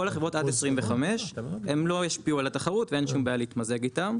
כל החברות עד 25 הם לא ישפיעו על התחרות ואין שום בעיה להתמזג איתם.